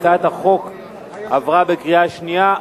החוק עבר בקריאה שנייה.